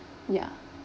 yeah